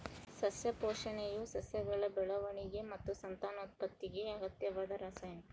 ಸಸ್ಯ ಪೋಷಣೆಯು ಸಸ್ಯಗಳ ಬೆಳವಣಿಗೆ ಮತ್ತು ಸಂತಾನೋತ್ಪತ್ತಿಗೆ ಅಗತ್ಯವಾದ ರಾಸಾಯನಿಕ